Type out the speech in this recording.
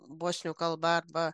bosnių kalba arba